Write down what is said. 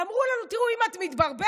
אמרו לנו: תראו, אם את מתברברת,